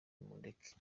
mundeke